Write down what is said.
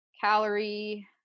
calorie